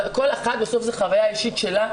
בסוף זו החוויה האישית שלה,